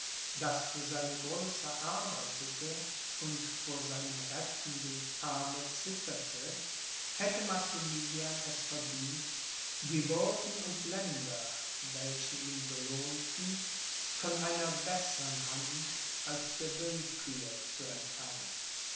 das für seine größe arbeitete und vor seinem rettenden arme zitterte hätte maximilian es verdient die würden und länder welche ihn belohnten von einer bessern hand als der willkür zu empfangen